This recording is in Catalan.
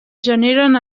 generen